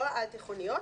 לא העל-תיכוניות,